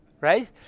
Right